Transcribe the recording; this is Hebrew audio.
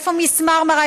איפה מיס מרמרה?